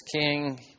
king